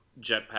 jetpack